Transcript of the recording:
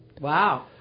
Wow